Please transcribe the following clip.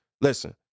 Listen